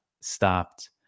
stopped